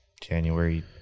January